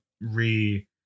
re